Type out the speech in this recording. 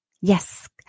Yes